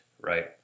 right